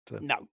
No